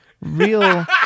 real